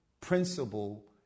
principle